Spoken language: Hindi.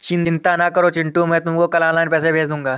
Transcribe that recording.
चिंता ना करो चिंटू मैं तुम्हें कल ऑनलाइन पैसे भेज दूंगा